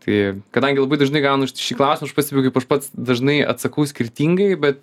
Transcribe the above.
tai kadangi labai dažnai gaunu šį klausimą aš pastebiu kaip aš pats dažnai atsakau skirtingai bet